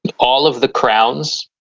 all of the crowns.